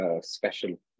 special